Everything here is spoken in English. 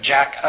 Jack